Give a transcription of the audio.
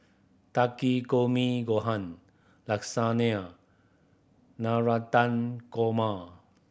Gohan Lasagna Navratan Korma